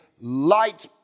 light